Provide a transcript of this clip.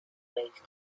raised